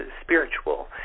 spiritual